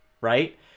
right